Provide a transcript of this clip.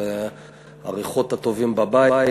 הריחות הטובים בבית,